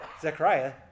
Zechariah